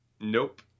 Nope